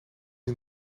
een